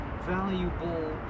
valuable